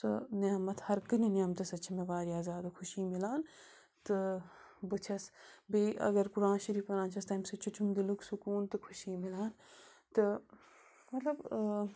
سُہ نعمت ہَرٕ کُنہِ نعمتہٕ سۭتۍ چھِ مےٚ واریاہ زیادٕ خوشی مِلان تہٕ بہٕ چھَس بیٚیہِ اَگر قران شریٖف پَران چھَس تیٚمی سۭتۍ تہِ چھُم دِلُک سکوٗن تہٕ خوشی مِلان تہٕ مطلب